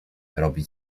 robić